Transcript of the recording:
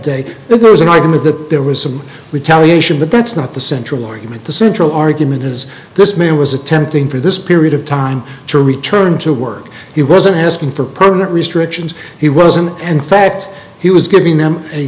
day that there was an item of that there was some retaliation but that's not the central argument the central argument is this man was attempting for this period of time to return to work he wasn't asking for permanent restrictions he wasn't in fact he was giving them a